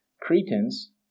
Cretans